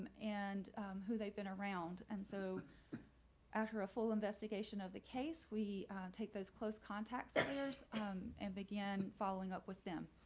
and who they've been around and so after a full investigation of the case, we take those close contacts and um and began following up with them.